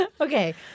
Okay